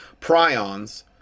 Prions